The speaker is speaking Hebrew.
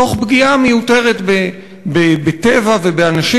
תוך פגיעה מיותרת בטבע ובאנשים.